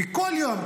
ובכל יום,